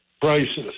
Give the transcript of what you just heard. prices